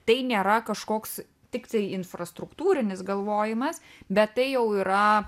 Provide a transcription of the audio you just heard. tai nėra kažkoks tiktai infrastruktūrinis galvojimas bet tai jau yra